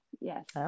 Yes